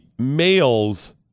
Males